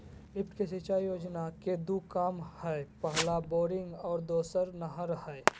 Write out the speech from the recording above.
lift सिंचाई योजना के दू काम हइ पहला बोरिंग और दोसर नहर हइ